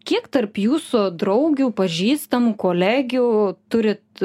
kiek tarp jūsų draugių pažįstamų kolegių turit